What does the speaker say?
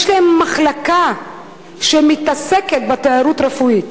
יש להם מחלקה שמתעסקת בתיירות רפואית.